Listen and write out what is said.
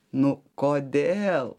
nu kodėl